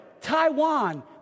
Taiwan